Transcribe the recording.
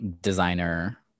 designer